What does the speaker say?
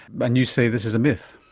and you say this is a myth.